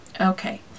Okay